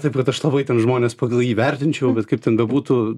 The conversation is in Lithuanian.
taip kad aš labai ten žmones pagal jį vertinčiau bet kaip ten bebūtų